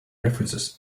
references